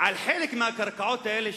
מלבד הקרקעות האלה,